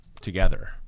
together